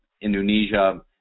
Indonesia